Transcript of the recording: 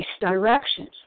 directions